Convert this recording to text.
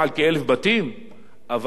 אבל יש אלפי בתים